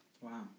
Wow